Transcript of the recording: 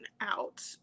out